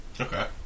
Okay